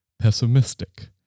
pessimistic